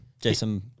Jason